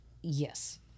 Yes